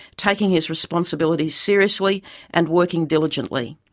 taking his responsibilities seriously and working diligently.